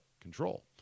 control